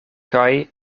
kaj